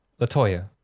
Latoya